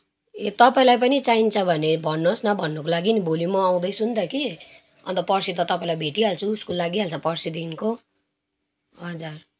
ए तपाईँलाई पनि चाहिन्छ भने भन्नुहोस् न भन्नुको लागि नि भोलि म आउँदैछु नि त कि अन्त पर्सि त तपाईँलाई भेटिहाल्छु स्कुल लागिहाल्छ पर्सिदेखिको हजुर